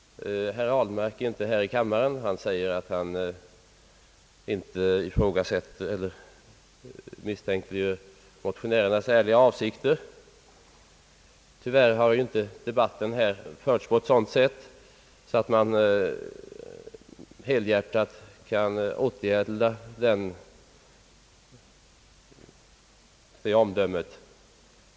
Herr Ahlmark är inte närvarande här i kammaren. Han sade att han inte vill misstänkliggöra motionärernas ärliga avsikter. Tyvärr har inte debatten här förts på ett sådant sätt att jag helhjärtat kan återgälda det omdömet.